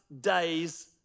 days